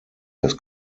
das